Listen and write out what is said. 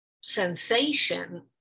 sensation